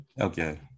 Okay